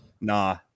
nah